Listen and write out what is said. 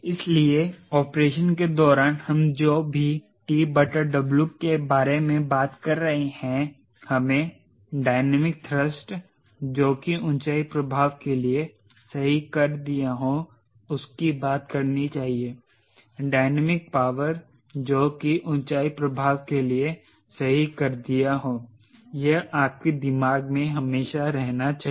इसलिए ऑपरेशन के दौरान हम जो भी TW के बारे में बात कर रहे हैं हमें डायनामिक थ्रस्ट जो की ऊंचाई प्रभाव के लिए सही कर दिया हो उसकी बात करनी चाहिए डायनामिक पावर जो की ऊंचाई प्रभाव के लिए सही कर दिया हो यह आपके दिमाग में हमेशा रहना चाहिए